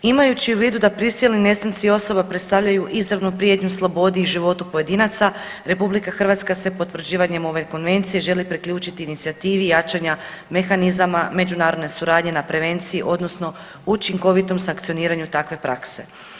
Imajući u vidu da prisilni nestanci osoba predstavljaju izravnu prijetnju slobodi i životu pojedinaca RH se potvrđivanjem ove konvencije želi priključiti inicijativi jačanja mehanizama međunarodne suradnje na prevenciji, odnosno učinkovitom sankcioniranju takve prakse.